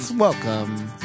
Welcome